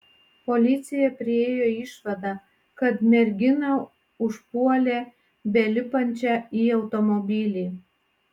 policija priėjo išvadą kad merginą užpuolė belipančią į automobilį